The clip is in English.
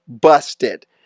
busted